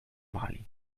mali